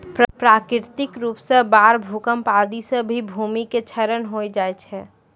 प्राकृतिक रूप सॅ बाढ़, भूकंप आदि सॅ भी भूमि के क्षरण होय जाय छै